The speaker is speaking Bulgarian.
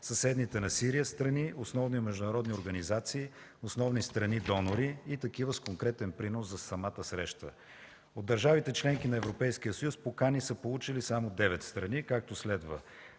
съседните на Сирия страни, основни международни организации, основни страни донори и такива с конкретен принос за самата среща. От държавите – членки на Европейския съюз, покани са получили само девет страни, както следва: